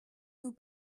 nous